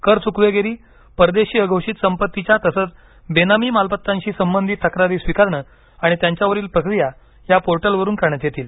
कर चुकवेगिरी परदेशी अघोषित संपत्तीच्या तसंच बेनामी मालमत्तांशी संबधित तक्रारी स्विकारणे आणि त्यांच्यावरील प्रक्रिया या पोर्टलवरुन करण्यात येतील